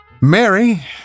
Mary